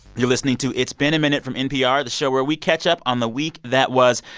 you're listening to it's been a minute from npr, the show where we catch up on the week that was.